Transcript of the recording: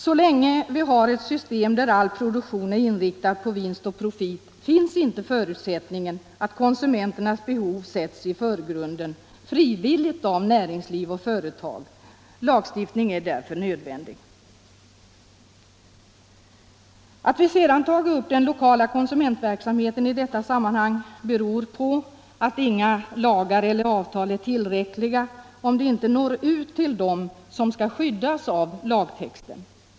Så länge vi har ett system där all produktion är inriktad på vinst och profit uppfylls inte förutsättningen att konsumenternas behov frivilligt sätts i förgrunden av näringsliv och företag. Lagstiftning är därför nödvändig. Att vi i detta sammanhang tagit upp den lokala konsumentverksamheten beror på att inga lagar eller avtal är tillräckliga om de inte når ut till den som skall skyddas av lagtexten.